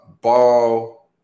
Ball